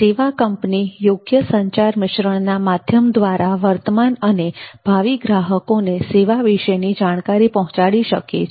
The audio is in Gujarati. સેવા કંપની યોગ્ય સંચાર મિશ્રણના માધ્યમ દ્વારા વર્તમાન અને ભાવિ ગ્રાહકોને સેવા વિશેની જાણકારી પહોંચાડી શકે છે